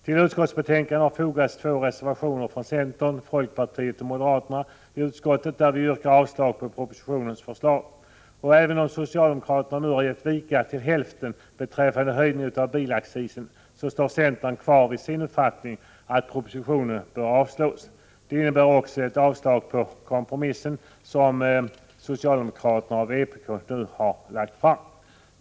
Till utskottsbetänkandet har fogats två reservationer från centern, folkpartiet och moderaterna i utskottet, där vi yrkar avslag på propositionens förslag. Även om socialdemokraterna nu har gett vika till hälften beträffande höjningen av bilaccisen, står centern kvar vid sin uppfattning att propositionen bör avslås. Detta innebär också ett avslag på den kompromiss som socialdemokraterna och vpk nu har lagt fram.